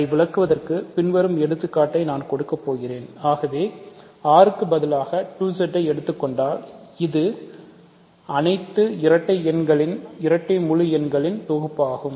அதை விளக்குவதற்கு பின்வரும் எடுத்துக்காட்டை நான் கொடுக்கப் போகிறேன் ஆகவே R க்கு பதிலாக 2Z எடுத்துக் கொண்டால் இது அனைத்து இரட்டை முழு எண்களின் தொகுப்பாகும்